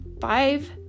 five